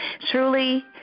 Truly